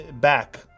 back